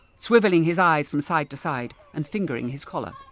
swivelling his eyes from side to side and fingering his collar.